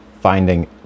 Finding